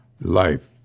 life